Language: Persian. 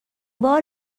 بار